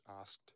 asked